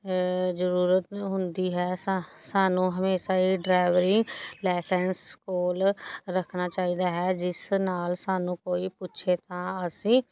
ਜ਼ਰੂਰਤ ਹੁੰਦੀ ਹੈ ਸਾ ਸਾਨੂੰ ਹਮੇਸ਼ਾ ਹੀ ਡਰਾਈਵਰੀ ਲਾਇਸੈਂਸ ਕੋਲ ਰੱਖਣਾ ਚਾਹੀਦਾ ਹੈ ਜਿਸ ਨਾਲ ਸਾਨੂੰ ਕੋਈ ਪੁੱਛੇ ਤਾਂ ਅਸੀਂ